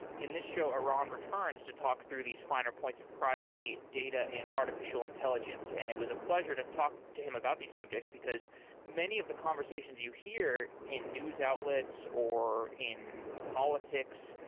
in this show, aran returns to talk through these finer points of privacy, data and artificial intelligence, and it was a pleasure to talk to him about the subject, because many of the conversations you hear in news outlets or in politics,